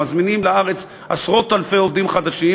מזמינים לארץ עשרות-אלפי עובדים חדשים,